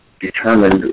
determined